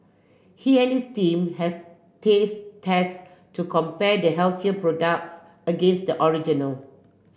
he and his team has taste test to compare the healthier products against the original